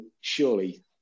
surely